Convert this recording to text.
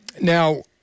Now